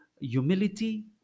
humility